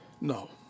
No